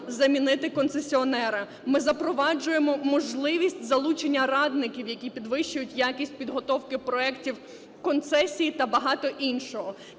замінити концесіонера. Ми запроваджуємо можливість залучення радників, які підвищують якість підготовки проектів концесії та багато іншого.